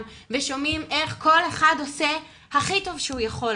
ושומעים איך כל אחד עושה הכי טוב שהוא יכול,